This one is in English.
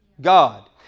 God